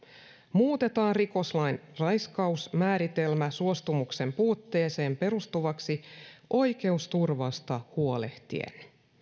muutetaan rikoslain raiskausmääritelmä suostumuksen puutteeseen perustuvaksi oikeusturvasta huolehtien